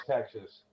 Texas